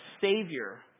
Savior